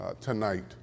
tonight